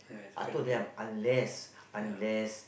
I told them unless unless